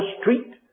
street